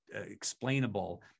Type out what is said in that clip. explainable